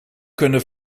kunnen